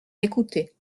écouté